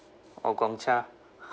or gong cha